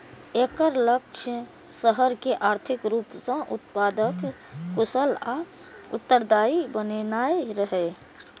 एकर लक्ष्य शहर कें आर्थिक रूप सं उत्पादक, कुशल आ उत्तरदायी बनेनाइ रहै